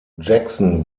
jackson